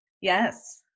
yes